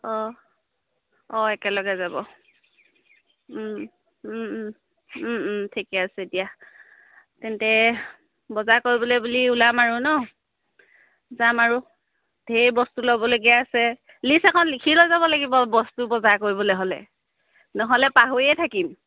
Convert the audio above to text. অঁ অঁ একেলগে যাব ঠিকে আছে দিয়া তেন্তে বজাৰ কৰিবলৈ বুলি ওলাম আৰু নহ্ যাম আৰু ধেৰ বস্তু ল'বলগীয়া আছে লিষ্ট এখন লিখি লৈ যাব লাগিব বস্তু বজাৰ কৰিবলৈ হ'লে নহ'লে পাহৰিয়ে থাকিম